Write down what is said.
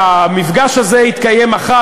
והמפגש הזה יתקיים מחר,